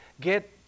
Get